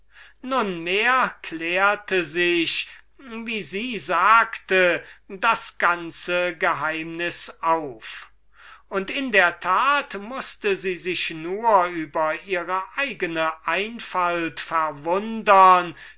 nunmehr klärte sich wie sie sagte das ganze geheimnis auf und in der tat mußte sie sich nur über ihre eigene einfalt verwundern